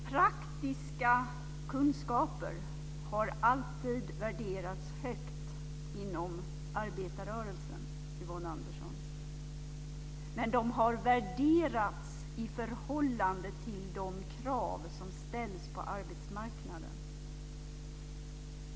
Herr talman! Praktiska kunskaper har alltid värderats högt inom arbetarrörelsen, Yvonne Andersson. Men de har värderats i förhållande till de krav som ställs på arbetsmarknaden.